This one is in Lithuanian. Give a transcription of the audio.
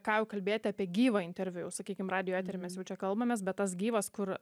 ką jau kalbėti apie gyvą interviu sakykim radijo etery mes jau čia kalbamės bet tas gyvas kur